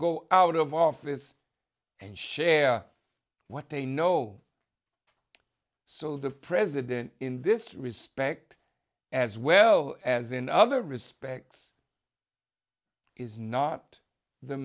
go out of office and share what they know so the president in this respect as well as in other respects is not the